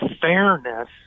fairness